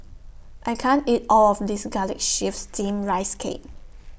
I can't eat All of This Garlic Chives Steamed Rice Cake